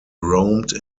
roamed